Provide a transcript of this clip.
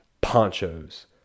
ponchos